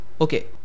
Okay